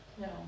No